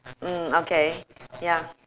mm okay ya